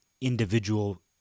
individual